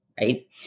right